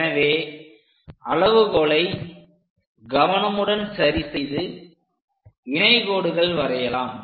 எனவே அளவுகோலை கவனமுடன் சரிசெய்து இணை கோடுகள் வரையலாம்